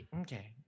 Okay